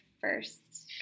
first